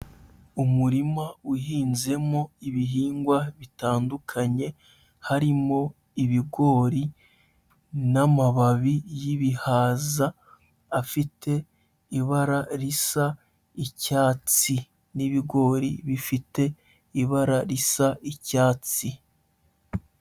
Umurima uhinzemo ibihingwa bitandukanye, harimo ibigori n'amababi y'ibihaza, afite ibara risa icyatsi n'ibigori bifite ibara risa icyatsi.